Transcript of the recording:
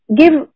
give